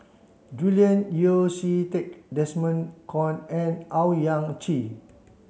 Julian Yeo See Teck Desmond Kon and Owyang Chi